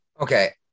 Okay